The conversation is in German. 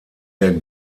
der